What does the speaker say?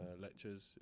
lectures